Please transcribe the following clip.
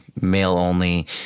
male-only